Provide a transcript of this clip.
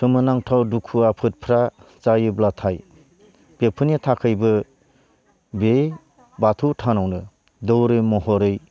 सोमोनांथाव दुखु आफोदफ्रा जायोब्लाथाय बेफोरनि थाखैबो बे बाथौ थानावनो दौरि महरै